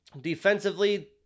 defensively